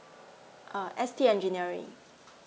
S_T Engineering